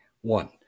One